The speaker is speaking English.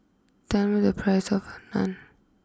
tell me the price of Naan